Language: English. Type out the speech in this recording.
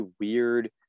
weird